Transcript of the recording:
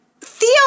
Theo